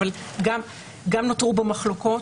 אבל גם נותרו בו מחלוקות.